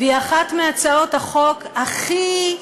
והיא אחת מהצעות החוק הכי,